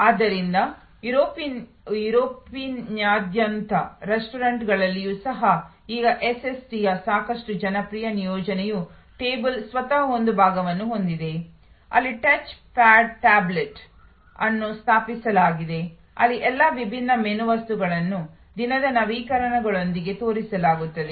ಆದ್ದರಿಂದ ಯುರೋಪಿನಾದ್ಯಂತದ ರೆಸ್ಟೋರೆಂಟ್ಗಳಲ್ಲಿಯೂ ಸಹ ಈಗ ಎಸ್ಎಸ್ಟಿಯ ಸಾಕಷ್ಟು ಜನಪ್ರಿಯ ನಿಯೋಜನೆಯು ಟೇಬಲ್ ಸ್ವತಃ ಒಂದು ಭಾಗವನ್ನು ಹೊಂದಿದೆ ಅಲ್ಲಿ ಟಚ್ ಪ್ಯಾಡ್ ಟ್ಯಾಬ್ಲೆಟ್ ಅನ್ನು ಸ್ಥಾಪಿಸಲಾಗಿದೆ ಅಲ್ಲಿ ಎಲ್ಲಾ ವಿಭಿನ್ನ ಮೆನು ವಸ್ತುಗಳನ್ನು ದಿನದ ನವೀಕರಣಗಳೊಂದಿಗೆ ತೋರಿಸಲಾಗುತ್ತದೆ